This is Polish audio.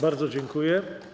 Bardzo dziękuję.